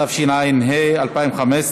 התשע"ה 2015,